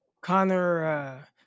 Connor, –